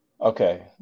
Okay